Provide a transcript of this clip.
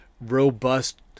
robust